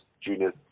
Junior